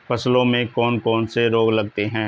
फसलों में कौन कौन से रोग लगते हैं?